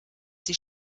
die